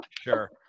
sure